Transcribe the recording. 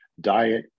diet